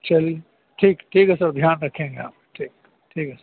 چلیے ٹھیک ٹھیک ہے سر دھیان رکھیں گے ہم ٹھیک ٹھیک ہے سر